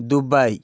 Dubai